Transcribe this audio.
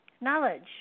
knowledge